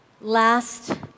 Last